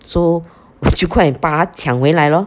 so 我就快点把他抢回来 lor